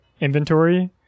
inventory